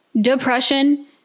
depression